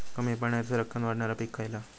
कमी पाण्यात सरक्कन वाढणारा पीक खयला?